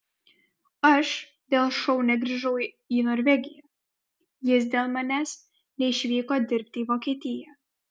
aš dėl šou negrįžau į norvegiją jis dėl manęs neišvyko dirbti į vokietiją